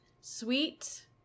sweet